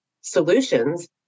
solutions